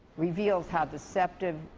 reveals how deceptive,